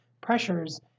pressures